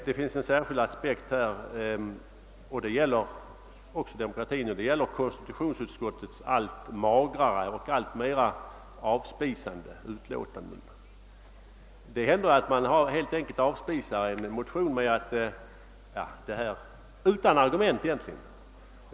Det finns en särskild aspekt på detta — den gäller också demokratin — nämligen «<konstitutionsutskottets allt magrare och allt mera avspisande utlåtanden. Det händer att man helt enkelt avspisar en motion utan att egentligen anföra några argument.